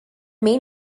main